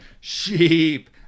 Sheep